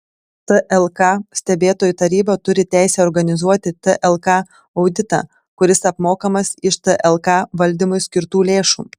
tlk stebėtojų taryba turi teisę organizuoti tlk auditą kuris apmokamas iš tlk valdymui skirtų lėšų